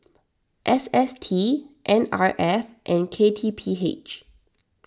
S S T N R F and K T P H